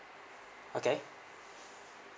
okay